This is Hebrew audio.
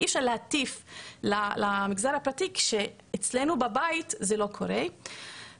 אי אפשר להטיף למגזר הפרטי כשאצלנו בבית זה לא קורה,